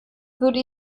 würde